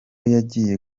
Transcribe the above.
yajyaga